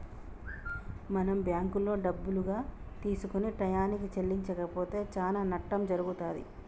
మనం బ్యాంకులో డబ్బులుగా తీసుకొని టయానికి చెల్లించకపోతే చానా నట్టం జరుగుతుంది